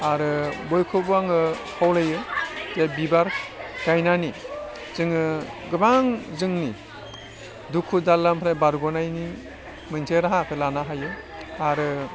आरो बयखौबो आङो खावलायो जे बिबार गायनानि जोङो गोबां जोंनि दुखु दाल्लानिफ्राय बारगनायनि मोनसे राहाखो लानो हायो आरो